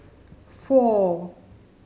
four